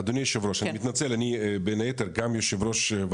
אדוני היושב ראש,